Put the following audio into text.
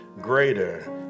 greater